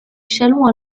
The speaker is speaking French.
chalon